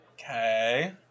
Okay